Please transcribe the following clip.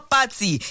Party